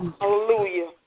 Hallelujah